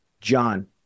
John